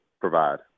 provide